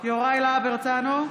להב הרצנו,